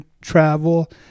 travel